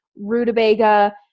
rutabaga